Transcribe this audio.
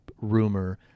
rumor